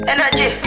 Energy